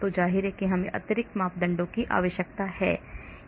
तो जाहिर है हमें अतिरिक्त मापदंडों की आवश्यकता है